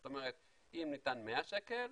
זאת אומרת אם ניתן 100 שקל,